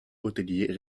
hôteliers